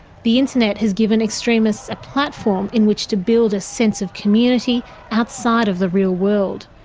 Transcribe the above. the internet has given extremists a platform in which to build a sense of community outside of the real world,